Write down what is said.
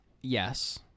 Yes